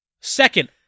Second